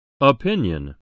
Opinion